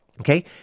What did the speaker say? Okay